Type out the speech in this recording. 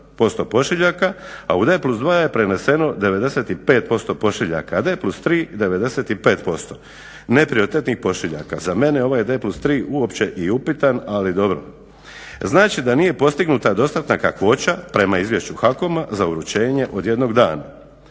78% pošiljaka, a u D+2 je preneseno 95% pošiljaka, a D+3 95% neprioritetnih pošiljaka. Za mene je ovaj D+3 uopće i upitan, ali dobro. Znači da nije postignuta dostatna kakvoća prema izvješću HAKOM-a za uručenje od jednog dana.